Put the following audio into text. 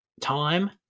time